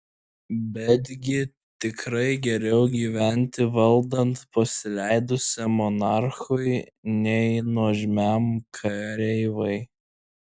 betgi tikrai geriau gyventi valdant pasileidusiam monarchui nei nuožmiam kareivai